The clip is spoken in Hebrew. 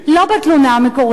לא בתלונה המקורית,